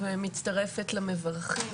מצטרפת למברכים,